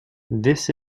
this